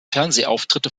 fernsehauftritte